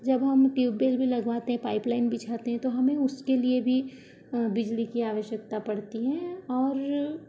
जब हम ट्यूबबेल भी लगवाते हैं पाइपलाइन बिछाते हैं तो हमें उसके लिए भी बिजली की आवश्यकता पड़ती है और